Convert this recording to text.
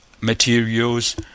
materials